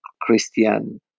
Christian